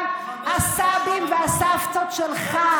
גם הסבים והסבתות שלך,